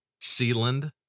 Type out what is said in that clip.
Sealand